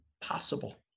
possible